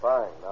Fine